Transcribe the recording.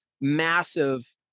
Massive